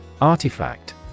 Artifact